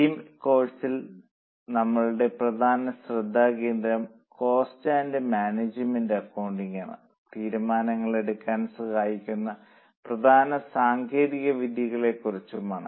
ഈ കോഴ്സിൽ നമ്മളുടെ പ്രധാന ശ്രദ്ധാകേന്ദ്രം കോസ്റ്റ് ആൻഡ് മാനേജ്മെന്റ് അക്കൌണ്ടിംഗാണ് തീരുമാനങ്ങളെടുക്കാൻ സഹായിക്കുന്ന പ്രധാന സാങ്കേതികവിദ്യകളെ കുറിച്ചുമാണ്